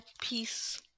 Peace